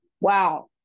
wow